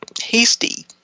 hasty